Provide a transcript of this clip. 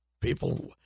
people